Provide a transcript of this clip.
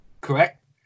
correct